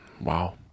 Wow